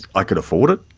i could afford it,